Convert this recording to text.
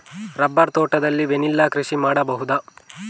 Rubber ತೋಟದಲ್ಲಿ vanilla ಕೃಷಿ ಮಾಡಬಹುದಾ?